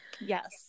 Yes